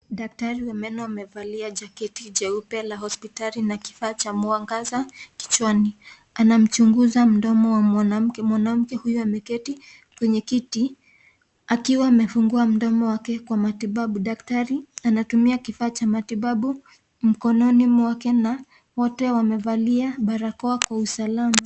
Daktari wa meno amevalia jaketi jeupe la hospitali na kifaa cha mwangaza kichwani. Anamchunguza mdomo wa mwanamke. Mwanamke huyo ameketi kwenye kiti akiwa amefungua mdomo wake kwa matibabu. Dakktari anatumia kifaa cha matibabu mkononi mwake na wote wamevalia barakoa kwa usalama.